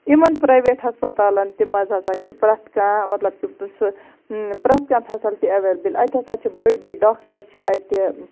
یِمَن پریویٹ ہَسپَتالَن تہِ مَنٛز ہَسا چھِ پرٮ۪تھ کانٛہہ سُہ پرٮ۪تھ کانٛہہ فیسَلٹی ایٚولیبل اَتہِ ہَسا چھِ بٔڑۍ بٔڑۍ ڈاکٹَر چھِ اَتہِ